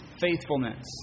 faithfulness